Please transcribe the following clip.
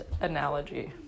analogy